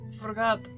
forgot